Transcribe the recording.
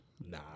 Nah